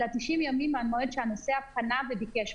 אלא 90 ימים מהמועד שהנוסע פנה וביקש.